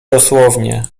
dosłownie